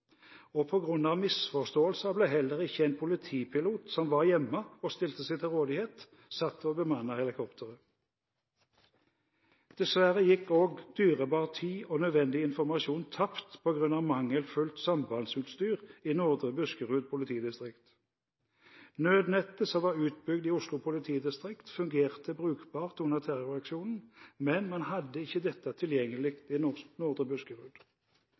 misforståelser ble heller ikke en politipilot som var hjemme og stilte seg til rådighet, satt til å bemanne helikopteret. Dessverre gikk også dyrebar tid og nødvendig informasjon tapt på grunn av mangelfullt sambandsutstyr i Nordre Buskerud politidistrikt. Nødnettet som var utbygd i Oslo politidistrikt, fungerte brukbart under terroraksjonen, men man hadde ikke dette tilgjengelig i